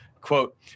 Quote